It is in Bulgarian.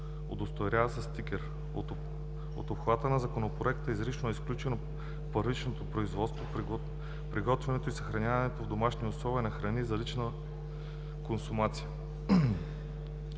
удостоверява със стикер. От обхвата на Законопроекта изрично е изключено първичното производство, приготвянето и съхранението в домашни условия на храни за лична консумация.